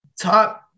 top